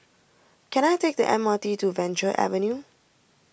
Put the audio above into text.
can I take the M R T to Venture Avenue